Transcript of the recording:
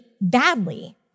badly